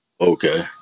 Okay